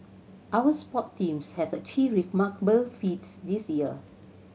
our sport teams have achieved remarkable feats this year